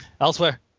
elsewhere